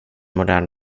modern